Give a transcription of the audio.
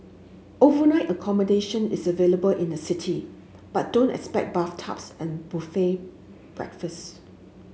overnight accommodation is available in the city but don't expect bathtubs and buffet breakfast